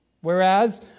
Whereas